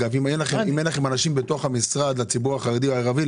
אם אין לכם אנשים בתוך המשרד לציבור החרדי והערבי,